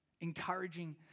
encouraging